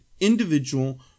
individual